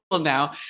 now